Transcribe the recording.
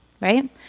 right